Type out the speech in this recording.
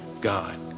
God